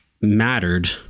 mattered